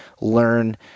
learn